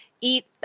eat